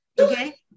Okay